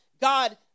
God